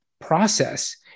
process